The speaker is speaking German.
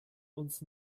uns